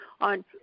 on